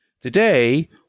Today